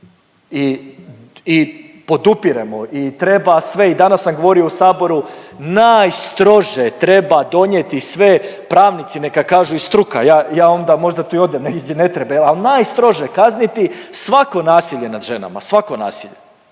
I podupiremo i treba sve i danas sam govorio u Saboru najstrože treba donijeti sve, pravnici neka kažu i struka ja onda možda tu i odem negdje gdje ne treba. Ali najstrože kazniti svako nasilje nad ženama, svako,